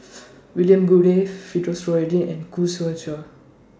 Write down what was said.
William Goode Firdaus Nordin and Khoo Seow